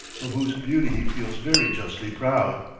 of whose beauty he feels very justly proud.